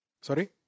sorry